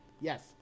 Yes